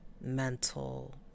mental